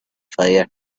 fire